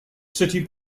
city